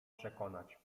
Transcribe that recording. przekonać